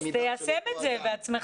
אז תיישם את זה בעצמך.